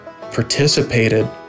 participated